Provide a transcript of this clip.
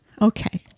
Okay